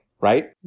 right